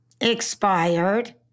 expired